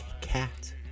cat